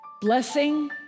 Blessing